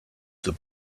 the